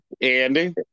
Andy